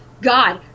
God